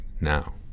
now